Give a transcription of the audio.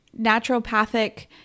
naturopathic